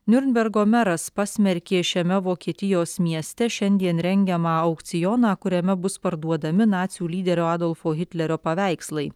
niurnbergo meras pasmerkė šiame vokietijos mieste šiandien rengiamą aukcioną kuriame bus parduodami nacių lyderio adolfo hitlerio paveikslai